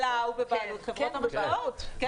אל"ה הוא בבעלות חברות המשקאות, כן.